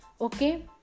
Okay